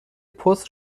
پست